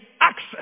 access